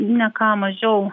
ne ką mažiau